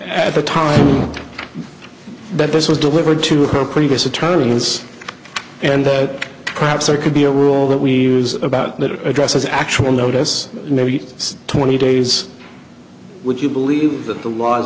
at the time that this was delivered to her previous attorneys and that perhaps there could be a rule that we use about middle addresses actual notice maybe twenty days would you believe that the laws